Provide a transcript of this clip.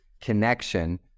connection